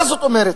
מה זאת אומרת?